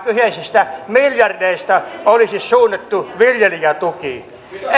kyseisistä miljardeista olisi suunnattu viljelijätukiin eikä